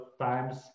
times